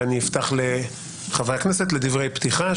ואני אפתח לחברי הכנסת לדברי פתיחה.